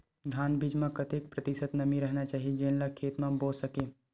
धान बीज म कतेक प्रतिशत नमी रहना चाही जेन ला खेत म बो सके?